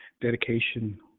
dedication